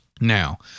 Now